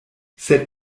sed